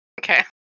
Okay